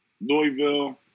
Louisville